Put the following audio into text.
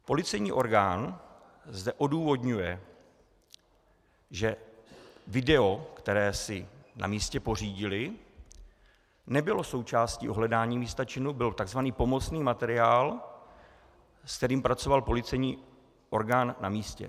Policejní orgán zde odůvodňuje, že video, které si na místě pořídili, nebylo součástí ohledání místa činu, byl takzvaný pomocný materiál, s kterým pracoval policejní orgán na místě.